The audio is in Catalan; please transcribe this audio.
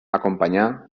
acompanyà